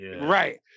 Right